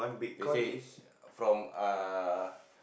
they say from uh